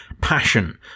passion